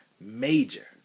Major